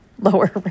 lower